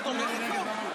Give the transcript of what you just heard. מכובדי השר.